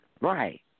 Right